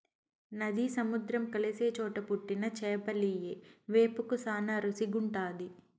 నది, సముద్రం కలిసే చోట పుట్టిన చేపలియ్యి వేపుకు శానా రుసిగుంటాది